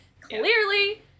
clearly